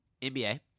NBA